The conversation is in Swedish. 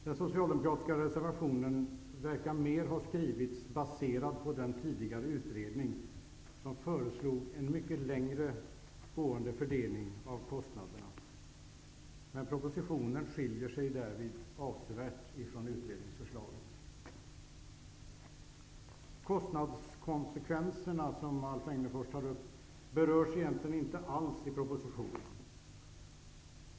Den socialdemokratiska reservationen verkar mer ha skrivits baserad på den tidigare utredningen, som föreslog en mycket längre gående fördelning av kostnaderna. Men propositionen skiljer sig därvidlag avsevärt från utredningsförslaget. Kostnadskonsekvenserna, som Alf Egnerfors tar upp, berörs egentligen inte alls i propositionen.